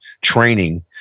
training